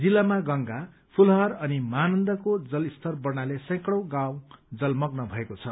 जिल्लामा गंगा फूलोहार अनि महानन्दको जलस्तर बढ़नाले सैकडौँ गाँउ जलमग्न भएको छ